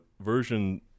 version